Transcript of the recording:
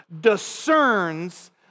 discerns